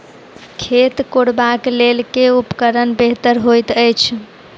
खेत कोरबाक लेल केँ उपकरण बेहतर होइत अछि?